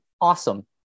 awesome